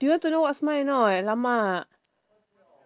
do you want to know what's mine or not !alamak!